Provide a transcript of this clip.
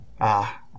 Ah